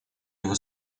его